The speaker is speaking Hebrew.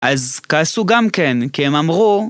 אז כעסו גם כן, כי הם אמרו